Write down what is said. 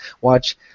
watch